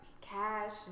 cash